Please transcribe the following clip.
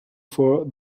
for